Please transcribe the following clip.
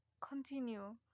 continue